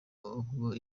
ubwo